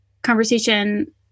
conversation